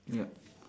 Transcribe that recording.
yup